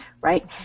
Right